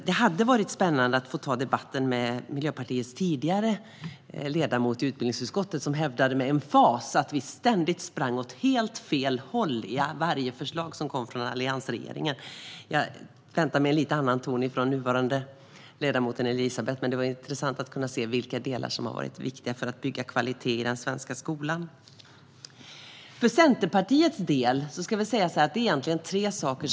Det hade varit spännande att få ta debatten med Miljöpartiets tidigare ledamot i utbildningsutskottet, som ständigt och med emfas hävdade att vi i varje förslag från alliansregeringen sprang åt helt fel håll. Jag väntar mig en lite annan ton från den nuvarande ledamoten Elisabet, men det var intressant att kunna se vilka delar som har varit viktiga för att bygga kvalitet i den svenska skolan. I Centerpartiet fokuserar vi egentligen på tre saker.